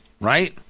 right